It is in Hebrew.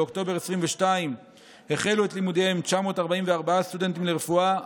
באוקטובר 2022 החלו את לימודיהם 944 סטודנטים לרפואה,